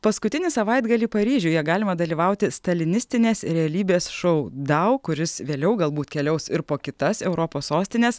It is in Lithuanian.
paskutinį savaitgalį paryžiuje galima dalyvauti stalinistinės realybės šou dau kuris vėliau galbūt keliaus ir po kitas europos sostines